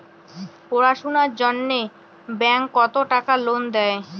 পড়াশুনার জন্যে ব্যাংক কত টাকা লোন দেয়?